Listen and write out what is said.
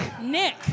Nick